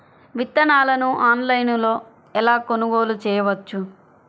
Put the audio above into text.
విత్తనాలను ఆన్లైనులో ఎలా కొనుగోలు చేయవచ్చు?